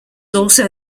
also